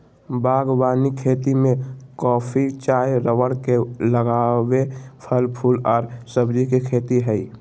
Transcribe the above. बागवानी खेती में कॉफी, चाय रबड़ के अलावे फल, फूल आर सब्जी के खेती हई